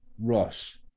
ross